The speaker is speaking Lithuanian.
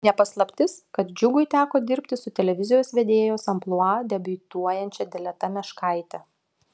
ne paslaptis kad džiugui teko dirbti su televizijos vedėjos amplua debiutuojančia dileta meškaite